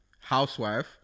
Housewife